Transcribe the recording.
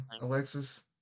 Alexis